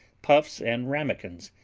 puffs and ramekins.